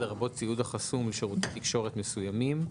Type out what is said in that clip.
לרבות ציוד החסום לשירותי תקשורת מסוימים,